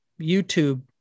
youtube